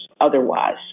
otherwise